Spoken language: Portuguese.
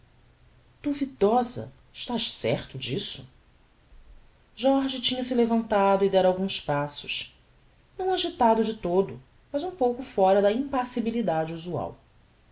como duvidosa duvidosa estás certo disso jorge tinha-se levantado e dera alguns passos não agitado de todo mas um pouco fóra da impassibilidade usual